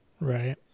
Right